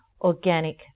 organic